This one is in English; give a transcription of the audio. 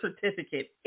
certificate